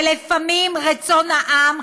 ולפעמים רצון העם,